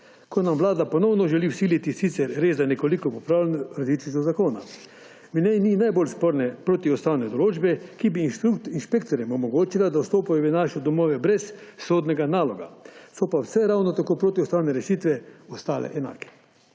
ko nam Vlada ponovno želi vsiliti sicer resda nekoliko popravljeno različico zakona. V njem ni najbolj sporne protiustavne določbe, ki bi inšpektorjem omogočila, da vstopajo v naše domove brez sodnega naloga, so pa vse ravno tako protiustavne rešitve ostale enake.